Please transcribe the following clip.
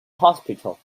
hospital